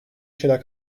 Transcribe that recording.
şeyler